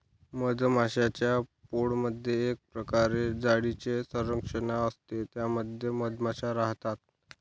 मधमाश्यांच्या पोळमधे एक प्रकारे जाळीची संरचना असते त्या मध्ये मधमाशा राहतात